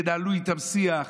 תנהלו איתם שיח,